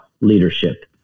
leadership